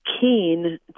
keen